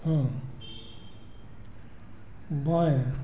बाएँ